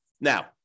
Now